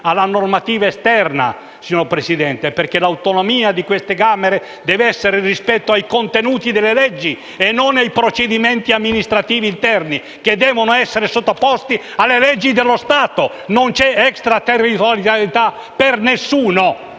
alla normativa esterna. Questo, signor Presidente, perché l'autonomia di queste Camere deve essere rispetto ai contenuti delle leggi e non ai procedimenti amministrativi interni, che devono essere sottoposti alle leggi dello Stato. Non c'è extraterritorialità per nessuno,